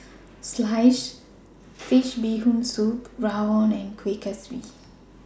Sliced Fish Bee Hoon Soup Rawon and Kueh Kaswi